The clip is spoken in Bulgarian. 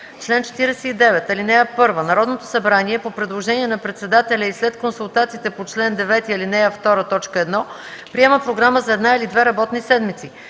чл. 49: „Чл. 49. (1) Народното събрание по предложение на председателя и след консултациите по чл. 9, ал. 2, т. 1 приема програма за една или две работни седмици.